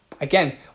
Again